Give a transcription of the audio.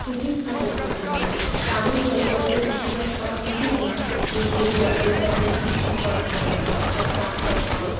স্থিতিস্থাপক করতে হবে এমন জলবায়ুতে কৃষি চাষ করা উচিত নয় যে যেই জলবায়ুতে আমাদের কৃষি উৎপাদন হবে না অর্থাৎ চাষবাস হবে না